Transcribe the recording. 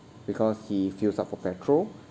because he fills up for petrol